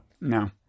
No